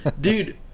Dude